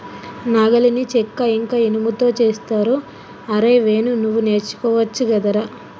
నాగలిని చెక్క ఇంక ఇనుముతో చేస్తరు అరేయ్ వేణు నువ్వు నేర్చుకోవచ్చు గదరా